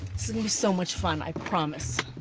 be so much fun. i promise.